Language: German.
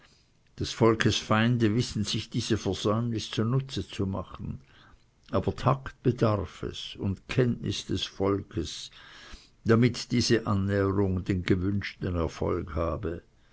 des volkes feinde wissen sich diese versäumnis zu nutzen zu machen aber takt bedarf es und kenntnis des volles damit diese annäherung den gewünschten erfolg habe